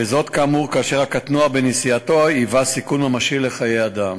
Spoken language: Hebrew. וזאת כאמור כאשר הקטנוע בנסיעתו היווה סיכון ממשי לחיי אדם.